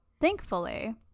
thankfully